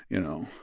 you know,